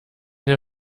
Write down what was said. der